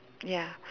ya